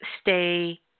stay